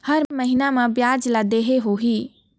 हर महीना मा ब्याज ला देहे होही?